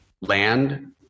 land